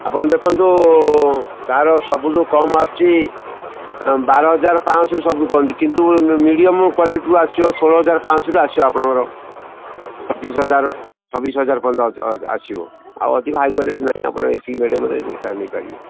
ଆପଣ ଦେଖନ୍ତୁ ତା'ର ସବୁଠୁ କମ୍ ଆସୁଛି ବାର ହଜାର ପାଞ୍ଚଶହରୁ ସବୁଠୁ କମ୍ କିନ୍ତୁ ମିଡ଼ିୟମ୍ କ୍ୟାଲିଟିରୁ ଆସିବ ଷୋହଳ ହଜାର ପାଞ୍ଚଶହରୁ ଆସିବ ଆପଣଙ୍କର ପଚିଶ ହଜାର ଛବିଶ ହଜାର ପର୍ଯ୍ୟନ୍ତ ଆସିବ ଆଉ ଅଧିକ ହାଇ କ୍ଵାଲିଟି ନାହିଁ ଆପଣ ଏତିକି ଏଇଟା ନେଇପାରିବେ